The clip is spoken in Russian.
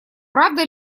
правда